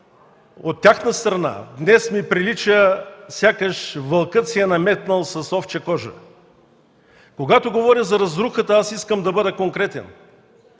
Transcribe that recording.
от тяхна страна днес ми прилича сякаш вълкът се е наметнал с овча кожа. Когато говоря за разрухата, аз искам да бъда конкретен